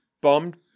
bummed